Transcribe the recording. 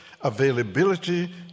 availability